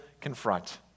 confront